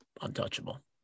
untouchable